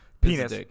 Penis